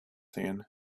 hand